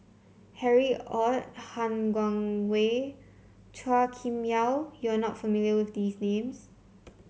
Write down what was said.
Harry Ord Han Guangwei Chua Kim Yeow you are not familiar with these names